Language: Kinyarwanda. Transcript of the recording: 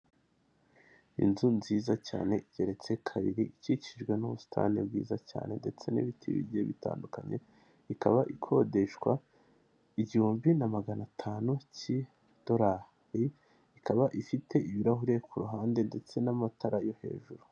Inzu nziza cyane igeretse kabiri ikikijwe n'ubusitani bwiza cyane ndetse n'ibiti bigiye bitandukanye ikaba ikodeshwa igihumbi na magana atanu cy'idorari ikaba ifite ibirahure ku ruhande ndetse n'amatara yo hejuru.